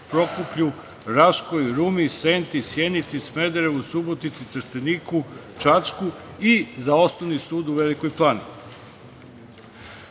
Prokuplju, Raškoj, Rumi, Senti, Sjenici, Smederevu, Subotici, Trsteniku, Čačku i za Osnovni sud u Velikoj